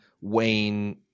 Wayne